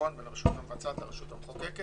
הנכון בין הרשות המבצעת לרשות המחוקקת